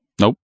Nope